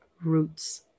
roots